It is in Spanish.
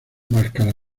máscara